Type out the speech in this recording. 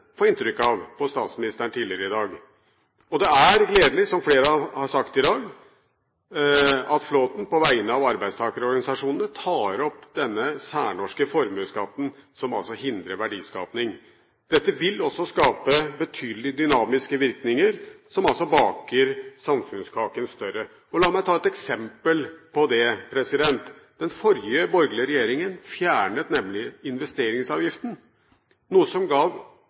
få inntrykk av på statsministeren tidligere i dag. Og det er gledelig, som flere har sagt i dag, at Flåthen på vegne av arbeidstakerorganisasjonene tar opp denne særnorske formuesskatten, som altså hindrer verdiskaping. Dette vil også skape betydelige dynamiske virkninger, som baker samfunnskaken større. La meg ta et eksempel på det: Den forrige, borgerlige regjeringen fjernet investeringsavgiften, noe som